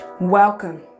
Welcome